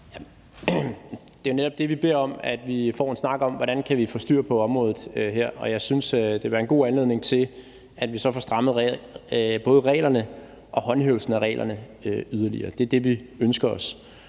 Det er jo netop det, vi beder om, altså at vi får en snak om, hvordan vi kan få styr på området her, og jeg synes, det ville være en god anledning til, at vi så får strammet både reglerne og håndhævelsen af reglerne yderligere. Det er det, vi ønsker os,